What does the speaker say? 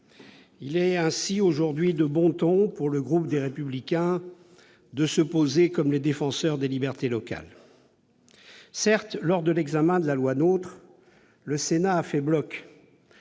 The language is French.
Il est ainsi aujourd'hui de bon ton, pour le groupe Les Républicains, de se poser comme le défenseur des libertés locales. Certes, lors de l'examen de la loi NOTRe, le Sénat a fait bloc,